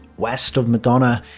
west of madona,